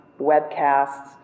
webcasts